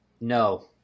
No